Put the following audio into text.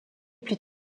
plus